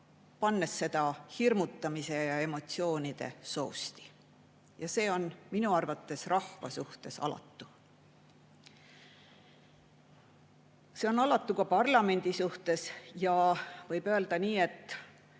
pannes seda hirmutamise ja emotsioonide sousti. Ja see on minu arvates rahva suhtes alatu. See on alatu ka parlamendi suhtes. Võib öelda, et